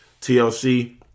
TLC